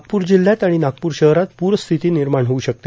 नागपूर जिल्हयात आणि नागपूर शहरात प्ररस्थिती निर्माण होवू शकते